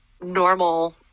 normal